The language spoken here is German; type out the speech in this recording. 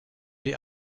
die